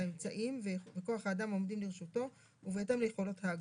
האמצעים וכוח האדם העומדים לרשותו ובהתאם ליכולות הג"א.